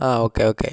ആ okay okay